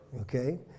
Okay